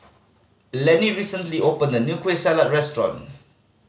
Lanny recently opened a new Kueh Salat restaurant